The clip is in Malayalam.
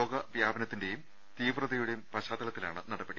രോഗ വ്യാപനത്തിന്റെയും തീവ്ര തയുടെയും പശ്ചാത്തലത്തിലാണ് നടപടി